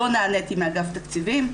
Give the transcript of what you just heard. לא נעניתי מאגף תקציבים.